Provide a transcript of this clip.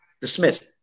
Dismissed